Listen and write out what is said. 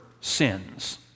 sins